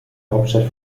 hauptstadt